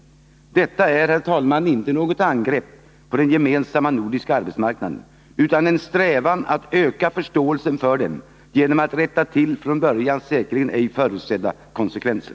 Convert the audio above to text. Detta är, herr talman, inte något angrepp på den gemensamma nordiska arbetsmarknaden utan en strävan att öka förståelsen för den genom att rätta till från början säkerligen ej förutsedda konsekvenser.